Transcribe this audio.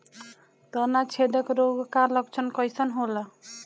तना छेदक रोग का लक्षण कइसन होला?